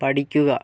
പഠിക്കുക